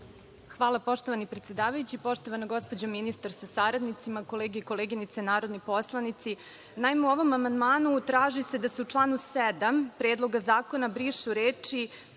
Hvala predsedavajući. Poštovana gospođo ministar sa saradnicima, kolege i koleginice narodni poslanici, naime u ovom amandmanu traži se da se u članu 7. Predloga zakona brišu reči